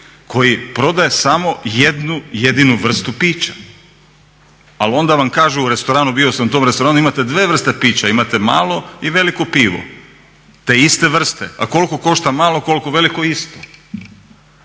koji prodaje samo jednu jedinu vrstu pića. Ali onda vam kažu u restoranu, bio sam u tom restoranu, imate dvije vrste pića, imate malo i veliko pivo te iste vrste. A koliko košta malo, koliko veliko, isto.